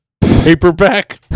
Paperback